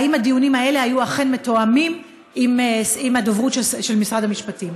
והאם הדיונים האלה היו אכן מתואמים עם הדוברות של משרד המשפטים?